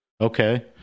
Okay